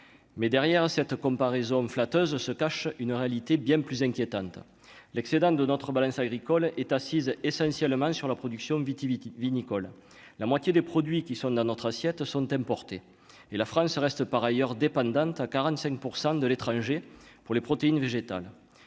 mais derrière cette comparaison flatteuse, se cache une réalité bien plus inquiétante, l'excédent de notre balance agricole est assise essentiellement sur la production Viti Viti vinicole, la moitié des produits qui sont dans notre assiette sont emportées et la France reste par ailleurs dépendantes à 45 % de l'étranger pour les protéines végétales